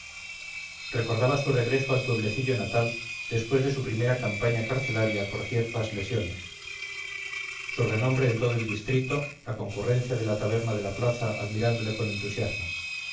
recordaba su regreso al pueblecillo natal después de su primera campaña carcelaria por ciertas lesiones su renombre en todo el distrito la concurrencia de la taberna de la plaza admirándole con entusiasmo